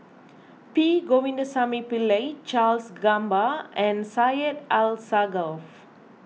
P Govindasamy Pillai Charles Gamba and Syed Alsagoff